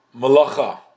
Malacha